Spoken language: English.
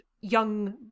young